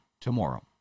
tomorrow